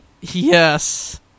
yes